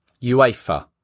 UEFA